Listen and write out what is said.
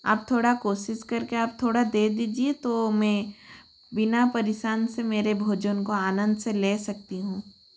आप थोड़ा कोशिश करके आप थोड़ा दे दीजिए तो मैं बिना परेशान से मेरे भोजन को आनंद से ले सकती हूँ